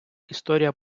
історія